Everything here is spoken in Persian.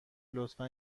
لطفا